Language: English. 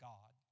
God